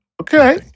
Okay